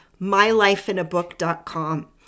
mylifeinabook.com